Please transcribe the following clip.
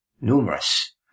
Numerous